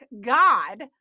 God